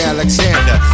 Alexander